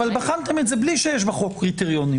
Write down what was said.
אבל בחנתם את זה בלי שיש בחוק קריטריונים,